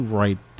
right